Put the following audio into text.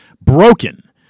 Broken